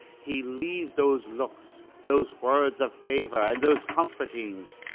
he leaves those looks, those words of favour, and those comfortings,